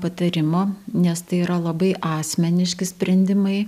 patarimo nes tai yra labai asmeniški sprendimai